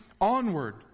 onward